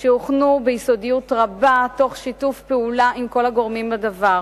שהוכנו ביסודיות רבה תוך שיתוף פעולה עם כל הגורמים הנוגעים בדבר.